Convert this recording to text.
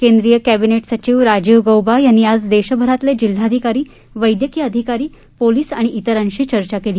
केंद्रीय कॅबिनेट सचिव राजीव गोबा यांनी आज देशभरातले जिल्हाधिकारी वैद्यकीय अधिकारी पोलिस आणि तिरांशी चर्चा केली